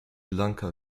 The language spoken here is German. lanka